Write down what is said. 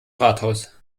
rathaus